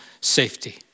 safety